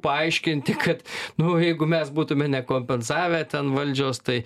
paaiškinti kad nu jeigu mes būtume kompensavę ten valdžios tai